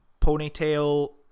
ponytail